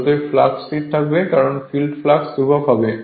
অতএব ফ্লাক্স স্থির থাকবে কারণ ফিল্ড ফ্লাক্স ধ্রুবক হবে